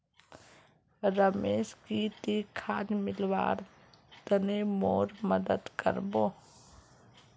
रमेश की ती खाद मिलव्वार तने मोर मदद कर बो